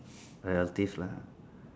relatives lah